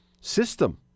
system